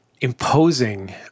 imposing